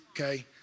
okay